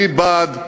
אני בעד שוק,